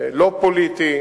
לא פוליטי,